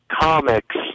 Comics